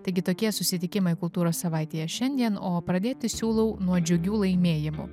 taigi tokie susitikimai kultūros savaitėje šiandien o pradėti siūlau nuo džiugių laimėjimų